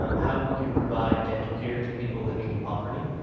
ah how we can provide dental care to people living in poverty,